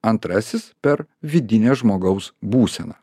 antrasis per vidinę žmogaus būseną